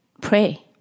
pray